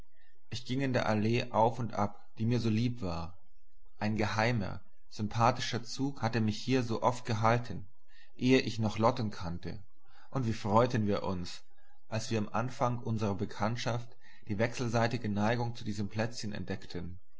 nun ich ging in der allee auf und ab die mir so lieb war ein geheimer sympathetischer zug hatte mich hier so oft gehalten ehe ich noch lotten kannte und wie freuten wir uns als wir im anfang unserer bekanntschaft die wechselseitige neigung zu diesem plätzchen entdeckten